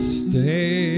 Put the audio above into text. stay